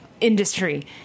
industry